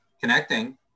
connecting